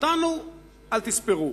אותנו אל תספרו.